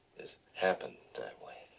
it happened that way.